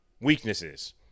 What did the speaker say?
weaknesses